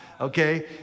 okay